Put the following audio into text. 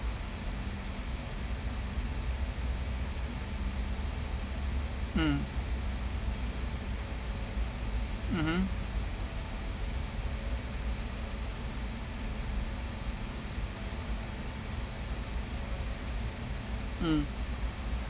mm mmhmm mm